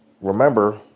remember